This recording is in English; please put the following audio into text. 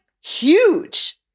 huge